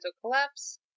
collapse